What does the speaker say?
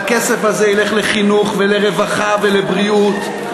והכסף הזה ילך לחינוך ולרווחה ולבריאות,